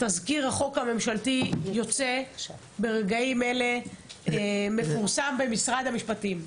תזכיר החוק הממשלתי יוצא ברגעים אלה ומפורסם במשרד המשפטים.